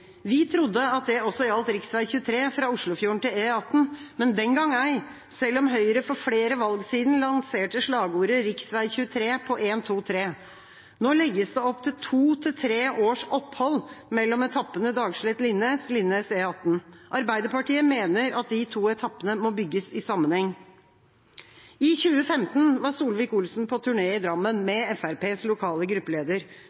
Vi trodde at det også gjaldt rv. 23 fra Oslofjorden til E18, men den gang ei, selv om Høyre for flere valg siden lanserte slagordet «Riksvei 23 på én, to, tre». Nå legges det opp til to til tre års opphold mellom etappene Dagslett–Linnes og Linnes–E18. Arbeiderpartiet mener de to etappene må bygges i sammenheng. I 2015 var Solvik-Olsen på turné i Drammen,